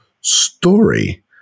story